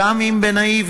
גם אם בנאיביות,